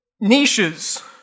Niches